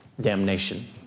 damnation